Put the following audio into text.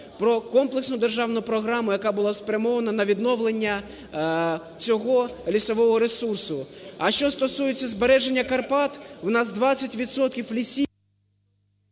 про комплексну державну програму, яка була б спрямована на відновлення цього лісового ресурсу. А що стосується збереження Карпат, в нас 20 відсотків